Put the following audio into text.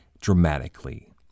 dramatically